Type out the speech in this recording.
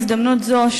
בהזדמנות זו,